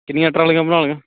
ਕਿੰਨੀਆਂ ਟਰਾਲੀਆਂ ਬਣਾ ਲਈਆਂ